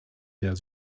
der